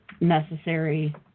necessary